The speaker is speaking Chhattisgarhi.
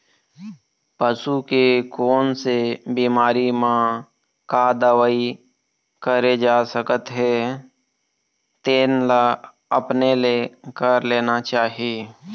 पसू के कोन से बिमारी म का दवई करे जा सकत हे तेन ल अपने ले कर लेना चाही